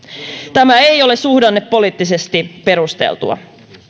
tämä ei ole suhdannepoliittisesti perusteltua